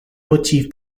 motive